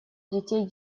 детей